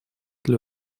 для